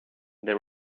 they